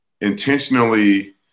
intentionally